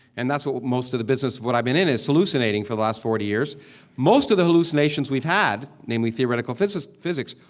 and that's what most of the business what i've been in is hallucinating for the last forty years most of the hallucinations we've had, namely theoretical physics,